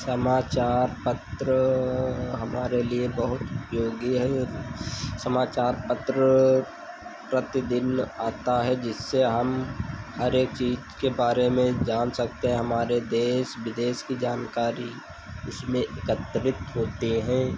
समाचार पत्र हमारे लिए बहुत उपयोगी है समाचार पत्र प्रतिदिन आता है जिससे हम हर एक चीज़ के बारे में जान सकते हैं हमारे देश विदेश की जानकारी उसमें एकत्रित होते हैं